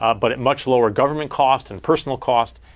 ah but at much lower government cost, and personal cost,